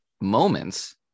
moments